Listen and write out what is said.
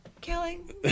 killing